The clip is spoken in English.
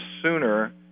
sooner